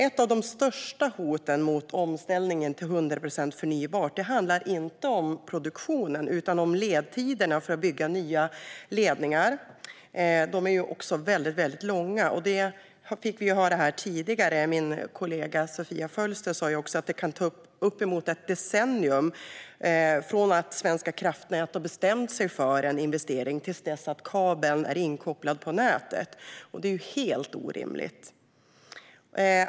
Ett av de största hoten mot omställningen till 100 procent förnybart handlar inte om produktionen utan om ledtiderna för att bygga nya ledningar, som är väldigt långa. Det fick vi höra här tidigare. Min kollega Sofia Fölster sa att det kan ta uppemot ett decennium från att Svenska kraftnät bestämt sig för en investering till att kabeln är inkopplad på nätet. Det är helt orimligt.